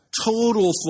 total